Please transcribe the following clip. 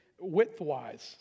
width-wise